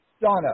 Donna